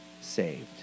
saved